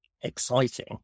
exciting